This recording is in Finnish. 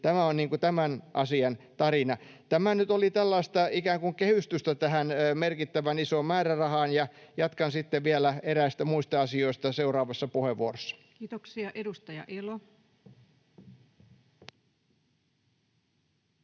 Tämä nyt oli tällaista ikään kuin kehystystä tähän merkittävän isoon määrärahaan, ja jatkan sitten vielä eräistä muista asioista seuraavassa puheenvuorossa. Kiitoksia. — Edustaja Elo.